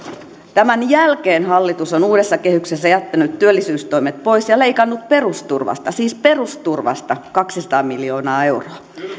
tämän jälkeen hallitus on uudessa kehyksessä jättänyt työllisyystoimet pois ja leikannut perusturvasta siis perusturvasta kaksisataa miljoonaa euroa